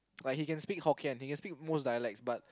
like he can speak hokkien he can speak most dialects but